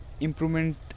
improvement